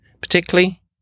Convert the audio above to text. particularly